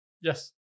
yes